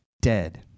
dead